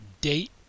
date